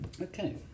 Okay